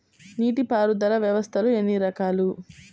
నీటిపారుదల వ్యవస్థలు ఎన్ని రకాలు?